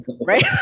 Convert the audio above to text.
right